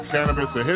Cannabis